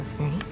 Okay